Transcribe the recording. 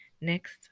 next